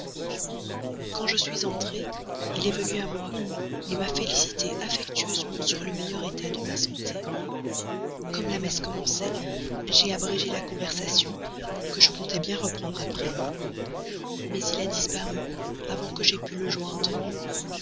quand je suis entrée il est venu à moi m'a félicitée fort affectueusement sur le meilleur état de ma santé comme la messe commençait j'ai abrégé la conversation que je comptais bien reprendre après mais il a disparu avant que j'aie pu le joindre